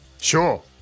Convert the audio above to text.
Sure